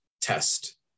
test